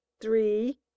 three